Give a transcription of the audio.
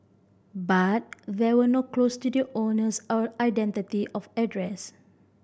but there were no clues to the owner's or identity of address